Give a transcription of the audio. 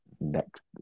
next